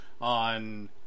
on